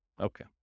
Okay